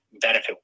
benefit